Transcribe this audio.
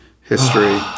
history